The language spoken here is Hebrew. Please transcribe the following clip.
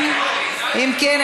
אם כן,